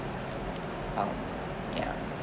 oh yeah